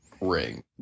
ring